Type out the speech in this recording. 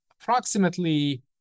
approximately